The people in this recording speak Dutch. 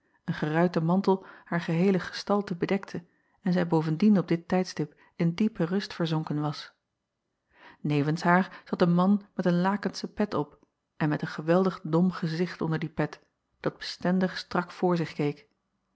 een geruite mantel haar geheele gestalte bedekte en zij bovendien op dit tijdstip in diepe rust verzonken was evens haar zat een man met een lakensche pet op en met een geweldig dom gezicht onder die pet dat bestendig strak voor zich keek